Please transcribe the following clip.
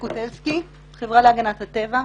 החברה להגנת הטבע.